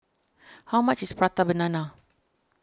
how much is Prata Banana